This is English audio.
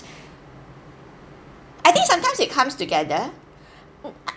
I think sometimes they comes together